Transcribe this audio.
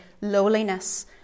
lowliness